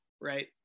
right